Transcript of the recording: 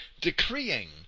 decreeing